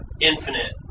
Infinite